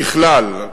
ככלל,